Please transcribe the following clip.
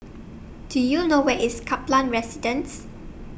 Do YOU know Where IS Kaplan Residence